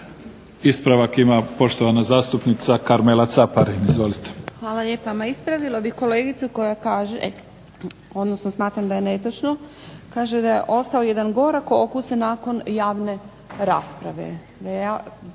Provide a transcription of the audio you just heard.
Ispravak ima poštovana zastupnica Karmela Caparin, izvolite.